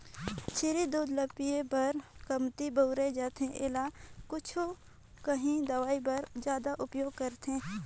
छेरी दूद ल पिए बर कमती बउरे जाथे एला कुछु काही दवई बर जादा उपयोग करथे